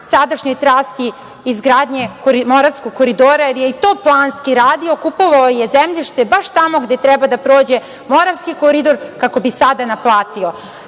sadašnjoj trasi izgradnje Moravskog koridora, jer je i to planski radio, kupovao je zemljište tamo gde treba da prođe Moravski koridor, kako bi sada naplatio.